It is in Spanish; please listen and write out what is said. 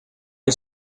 hay